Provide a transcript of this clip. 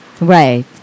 Right